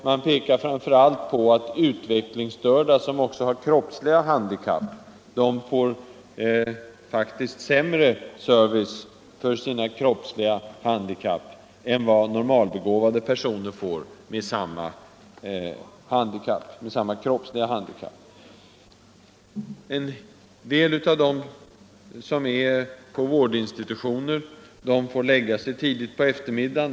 Man pekar framför allt på att utvecklingsstörda, som också har kroppsliga handikapp, faktiskt får sämre service för sina kroppsliga handikapp än vad normalbegåvade personer får med samma kroppsliga handikapp. En del av den: som är på vårdinstitutioner får lägga sig tidigt på eftermiddagen.